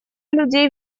людей